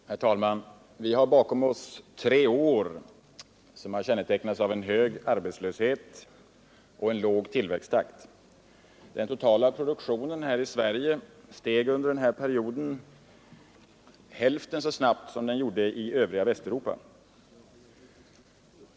Herr talman! Vi har bakom oss tre år som kännetecknats av en hög arbetslöshet och en låg tillväxttakt. Den totala produktionen här i Sverige steg under denna period hälften så snabbt som i Västeuropa.